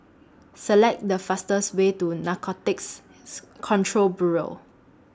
Select The fastest Way to Narcotics Control Bureau